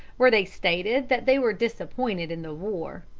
where they stated that they were disappointed in the war.